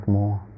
more